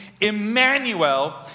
Emmanuel